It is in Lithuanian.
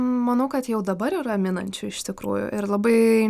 manau kad jau dabar yra minančių iš tikrųjų ir labai